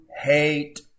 hate